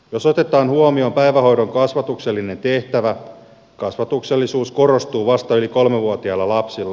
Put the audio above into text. jos otetaan huomioon päivähoidon kasvatuksellinen tehtävä kasvatuksellisuus korostuu vasta yli kolmevuotiailla lapsilla